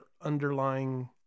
underlying